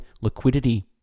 liquidity